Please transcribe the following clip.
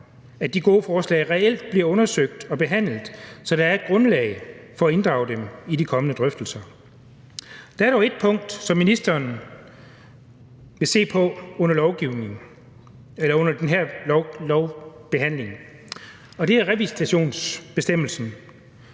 at de gode forslag reelt bliver undersøgt og behandlet, så der er et grundlag for at inddrage dem i de kommende drøftelser. Der er dog et punkt, som ministeren vil se på under den her lovbehandling, og det er revisitationsbestemmelsen.